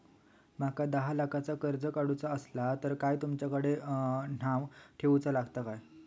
माका दहा लाखाचा कर्ज काढूचा असला तर काय तुमच्याकडे ग्हाण ठेवूचा लागात काय?